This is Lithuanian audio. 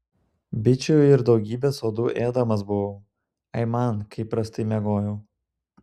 bičių ir daugybės uodų ėdamas buvau aiman kaip prastai miegojau